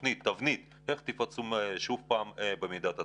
תבנית איך תפצו שוב פעם במידת הצורך.